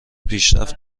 پیشرفت